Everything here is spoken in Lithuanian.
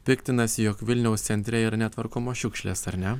piktinasi jog vilniaus centre yra netvarkomos šiukšlės ar ne